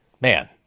Man